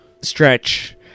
stretch